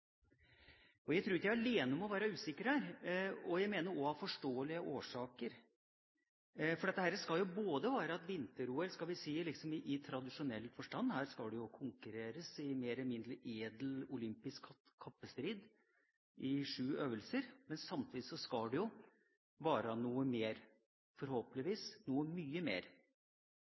Jeg tror ikke jeg er alene om å være usikker her, og jeg mener også av forståelige årsaker, for dette skal jo være et vinter-OL, skal vi si, i tradisjonell forstand – her skal det konkurreres i mer eller mindre edel olympisk kappestrid i sju øvelser – men samtidig skal det jo være noe mer, forhåpentligvis noe mye mer.